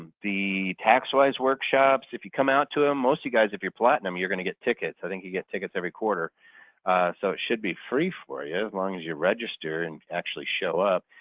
the tax-wise workshops, if you come out to them ah most you guys if your platinum you're going to get tickets. i think you get tickets every quarter so it should be free for you as long as you register and actually show up.